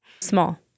Small